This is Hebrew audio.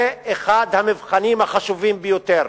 זה אחד המבחנים החשובים ביותר.